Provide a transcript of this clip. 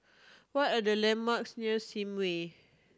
what are the landmarks near Sim Way